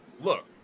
look